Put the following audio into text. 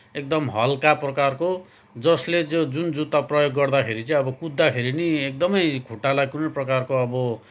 एकदम हलका प्रकारको जसले त्यो जुन जुत्ता प्रयोग गर्दाखेरि चाहिँ अब कुद्दाखेरि पनि एकदमै खुट्टालाई कुनै प्रकारको अब